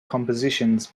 compositions